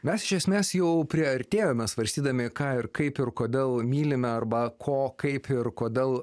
mes iš esmės jau priartėjome svarstydami ką ir kaip ir kodėl mylime arba ko kaip ir kodėl